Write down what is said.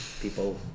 people